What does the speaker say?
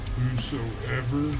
Whosoever